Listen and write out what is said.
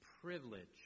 privilege